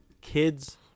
kids